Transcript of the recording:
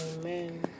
Amen